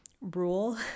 rule